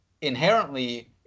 inherently